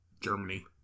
Germany